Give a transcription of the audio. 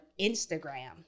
Instagram